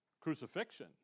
Crucifixion